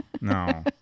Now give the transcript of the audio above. No